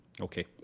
okay